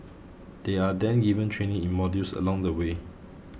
they are then given training in modules along the way